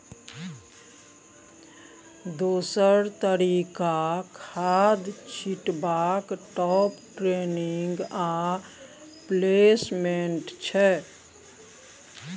दोसर तरीका खाद छीटबाक टाँप ड्रेसिंग आ प्लेसमेंट छै